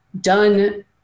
done